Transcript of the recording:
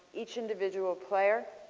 each individual player.